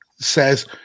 says